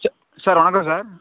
ச சார் வணக்கம் சார்